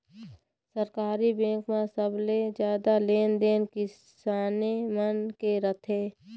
सहकारी बेंक म सबले जादा लेन देन किसाने मन के रथे